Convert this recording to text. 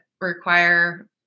require